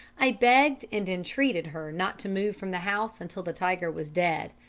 i begged and entreated her not to move from the house until the tiger was dead,